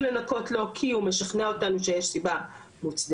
לנכות לו כי הוא משכנע אותנו שיש סיבה מוצדקת.